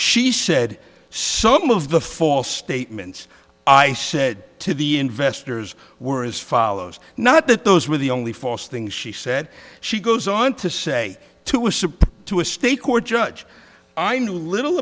she said some of the false statements i said to the investors were as follows not that those were the only false things she said she goes on to say to a support to a state court judge i know little